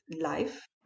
life